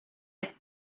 jak